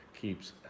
keeps